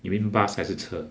you mean bus 还是车